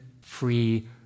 free